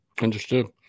understood